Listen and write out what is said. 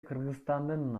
кыргызстандын